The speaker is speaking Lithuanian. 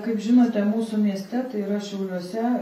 kaip žinote mūsų mieste tai yra šiauliuose